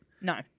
No